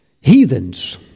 heathens